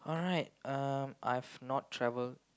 alright um I've not travelled